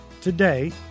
Today